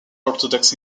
orthodox